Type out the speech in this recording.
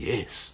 Yes